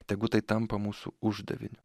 tegu tai tampa mūsų uždaviniu